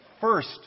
first